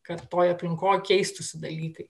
kad toj aplinkoj keistųsi dalykai